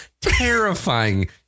terrifying